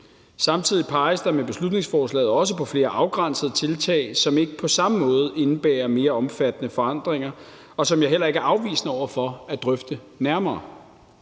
Samtidig peges der med beslutningsforslaget også på flere afgrænsede tiltag, som ikke på samme måde indebærer mere omfattende forandringer, og som jeg heller ikke er afvisende over for at drøfte nærmere.